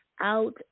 out